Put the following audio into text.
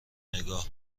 نگاه